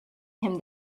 him